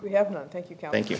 we have not thank you thank you